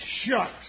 Shucks